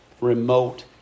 remote